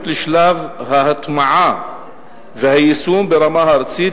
לשלב ההטמעה והיישום ברמה הארצית,